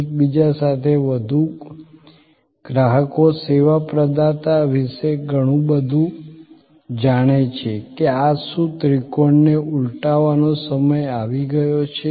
એકબીજા સાથે વધુ ગ્રાહકો સેવા પ્રદાતા વિશે ઘણું બધું જાણે છે કે શું આ ત્રિકોણને ઉલટાવવાનો સમય આવી ગયો છે